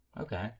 Okay